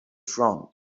front